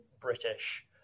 British